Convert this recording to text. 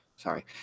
sorry